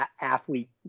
athlete